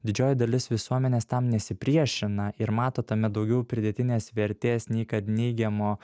didžioji dalis visuomenės tam nesipriešina ir mato tame daugiau pridėtinės vertės nei kad neigiamo